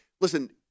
listen